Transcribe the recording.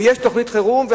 ויש תוכנית חירום,